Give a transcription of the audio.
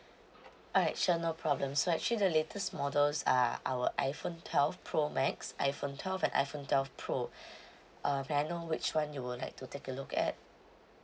alright sure no problem so actually the latest models are our iphone twelve pro max iphone twelve and iphone twelve pro uh may I know which one you will like to take a look at